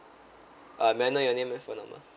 uh may I know your name and phone number